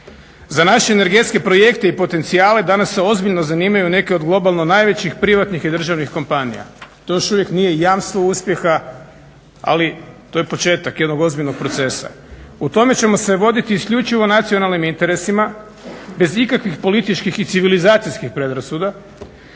Za naše energetske projekte i potencijale danas se ozbiljno zanimaju neke od globalno najvećih privatnih i državnih kompanija. To još uvijek nije jamstvo uspjeha, ali to je početak jednog ozbiljnog procesa. U tome će se voditi isključivo nacionalnim interesima, bez ikakvih političkih i civilizacijskih predrasuda,